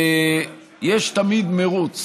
ויש תמיד מרוץ